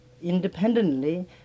Independently